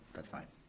that's fine,